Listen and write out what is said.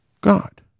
God